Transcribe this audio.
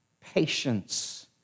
patience